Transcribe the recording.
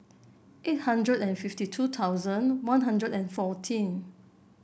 eight hundred and fifty two thousand One Hundred and fourteen